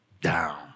down